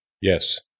Yes